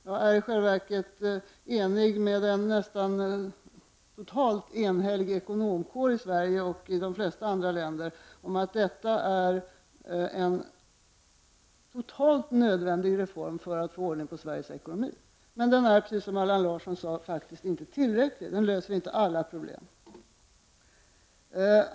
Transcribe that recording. Jag är i själva verket enig med en nästan helt enhällig ekonomkår i Sverige och i de flesta andra länder om att detta är en alldeles nödvändig reform för att få ordning på Sveriges ekonomi. Men den är, precis som Allan Larsson sade, faktiskt inte tillräcklig — den löser inte alla problem.